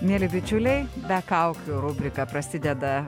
mieli bičiuliai be kaukių rubrika prasideda